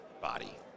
body